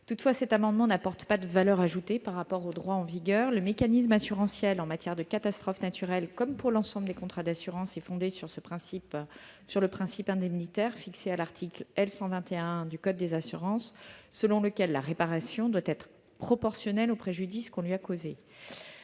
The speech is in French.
Toutefois, ces amendements n'ont pas de valeur ajoutée par rapport au droit en vigueur : le mécanisme assurantiel en matière de catastrophes naturelles, comme pour l'ensemble des contrats d'assurance, est fondé sur le principe indemnitaire fixé à l'article L. 121-1 du code des assurances, selon lequel la réparation doit être proportionnelle au préjudice causé.